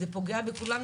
זה פוגע בכולנו.